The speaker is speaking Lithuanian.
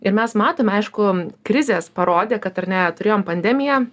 ir mes matome aišku krizės parodė kad ar ne turėjom pandemiją